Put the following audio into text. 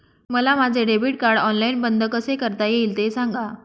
मला माझे debit card online बंद कसे करता येईल, ते सांगा